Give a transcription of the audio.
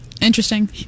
Interesting